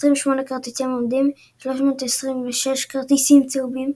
28 כרטיסים אדומים ו-326 כרטיסים צהובים,